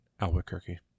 Albuquerque